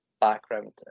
background